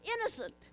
innocent